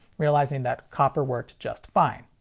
realizing that copper worked just fine.